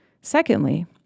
Secondly